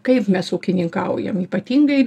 kaip mes ūkininkaujam ypatingai